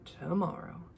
tomorrow